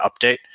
update